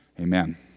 Amen